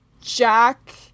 Jack